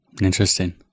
Interesting